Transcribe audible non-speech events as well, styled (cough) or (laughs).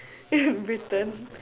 (laughs) in Britain